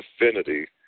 affinity